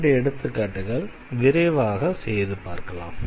இரண்டு எடுத்துக்காட்டுகளை விரைவாக செய்து பார்க்கலாம்